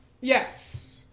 Yes